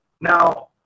now